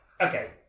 okay